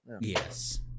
Yes